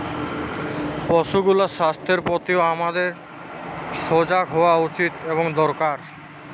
পশুগুলার স্বাস্থ্যের প্রতিও আমাদের সজাগ হওয়া উচিত এবং দরকার